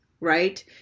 right